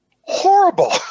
horrible